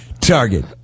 Target